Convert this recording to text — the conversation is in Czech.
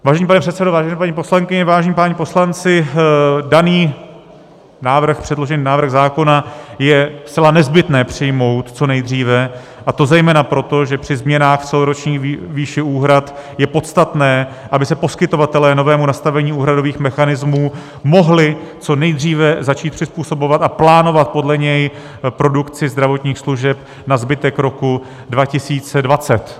Vážený pane předsedo, vážené paní poslankyně, vážení páni poslanci, předložený návrh zákona je zcela nezbytné přijmout co nejdříve, a to zejména proto, že při změnách celoroční výše úhrad je podstatné, aby se poskytovatelé novému nastavení úhradových mechanismů mohli co nejdříve začít přizpůsobovat a plánovat podle něj produkci zdravotních služeb na zbytek roku 2020.